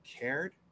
cared